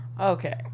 Okay